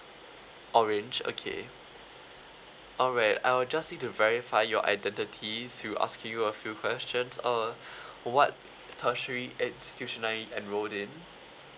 orange okay alright I will just need to verify your identity I'll be asking you a few questions uh what tertiary institutional enrolled in